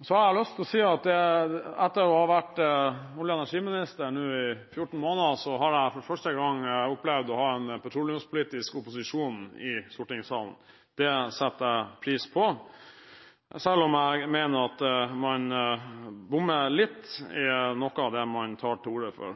Så har jeg lyst til å si at etter å ha vært olje- og energiminister nå i 14 måneder har jeg for første gang opplevd å ha en petroleumspolitisk opposisjon i stortingssalen. Det setter jeg pris på, selv om jeg mener at man bommer litt i noe av det man tar til orde for.